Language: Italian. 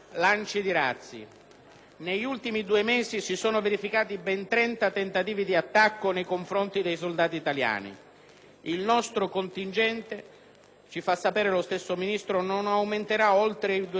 Negli ultimi due mesi si sono verificati ben trenta tentativi di attacco nei confronti dei soldati italiani. Il nostro contingente - ci fa sapere lo stesso Ministro - non aumenterà oltre i 2.800 soldati,